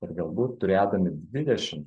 ir galbūt turėdami dvidešim